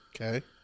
Okay